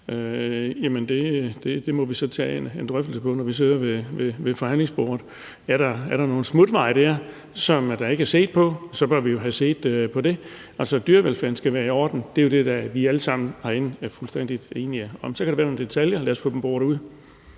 Det må vi så tage en drøftelse om, når vi sidder ved forhandlingsbordet. Er der nogle smutveje der, som der ikke er set på, bør vi jo få set på det. Altså, dyrevelfærden skal være i orden. Det er jo det, vi alle sammen herinde er fuldstændig enige om. Så kan der være nogle detaljer, og lad os få dem boret ud.